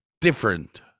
different